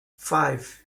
five